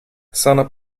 sono